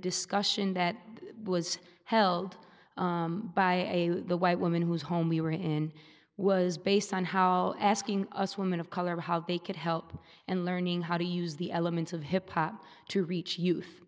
discussion that was held by the white woman whose home we were in was based on how asking us women of color how they could help and learning how to use the elements of hip hop to reach youth